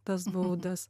tas baudas